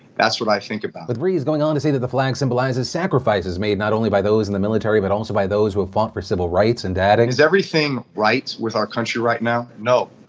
that's what i think about. with brees going on to say that the flag symbolizes sacrifices made not only by those in the military, but also by those who have fought for civil rights and adding. is everything right with our country right now? no,